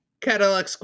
Cadillac